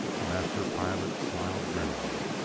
the master pilot smiled grimly.